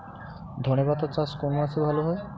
ধনেপাতার চাষ কোন মাসে ভালো হয়?